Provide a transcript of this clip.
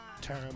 term